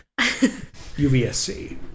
uvsc